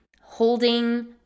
holding